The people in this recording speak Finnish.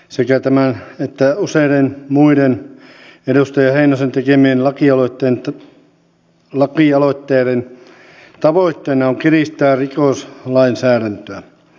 sekä tämän että useiden muiden edustaja heinosen tekemien lakialoitteiden tavoitteena on kiristää rikoslainsäädäntöä